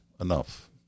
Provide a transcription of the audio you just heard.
enough